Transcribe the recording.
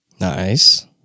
Nice